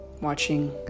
watching